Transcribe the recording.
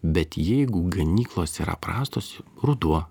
bet jeigu ganyklos yra prastos ruduo